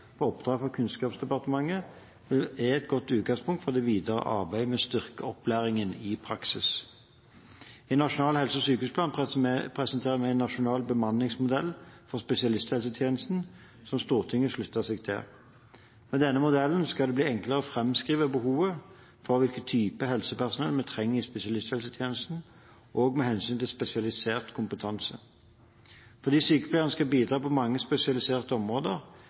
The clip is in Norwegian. på oppdrag fra Kunnskapsdepartementet, er et godt utgangspunkt for det videre arbeidet med å styrke opplæringen i praksis. I Nasjonal helse- og sykehusplan presenterte vi en nasjonal bemanningsmodell for spesialisthelsetjenesten, som Stortinget sluttet seg til. Med denne modellen skal det bli enklere å framskrive behovet for hvilke typer helsepersonell vi trenger i spesialisthelsetjenesten, også med hensyn til spesialisert kompetanse. Fordi sykepleierne skal bidra på mange spesialiserte områder,